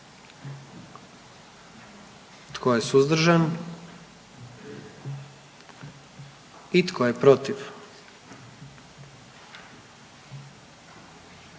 Tko je suzdržan? I tko je protiv?